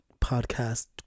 podcast